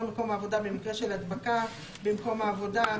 מקום עבודה במקרה של הדבקה במקום העבודה,